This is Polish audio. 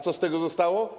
Co z tego zostało?